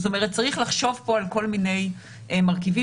צריך לחשוב פה על כל מיני מרכיבים,